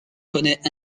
connait